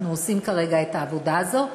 אנחנו עושים כרגע את העבודה הזו.